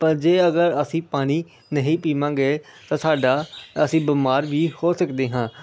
ਪਰ ਜੇ ਅਗਰ ਅਸੀਂ ਪਾਣੀ ਨਹੀਂ ਪੀਵਾਂਗੇ ਤਾਂ ਸਾਡਾ ਅਸੀਂ ਬਿਮਾਰ ਵੀ ਹੋ ਸਕਦੇ ਹਾਂ